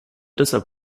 deshalb